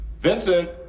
Vincent